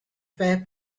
fair